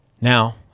Now